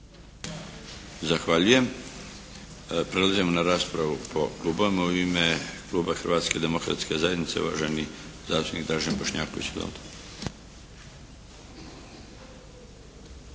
Zahvaljujem. Prelazimo na raspravu po klubovima. U ime kluba Hrvatske demokratske zajednice uvaženi zastupnik Dražen Bošnjaković.